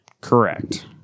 Correct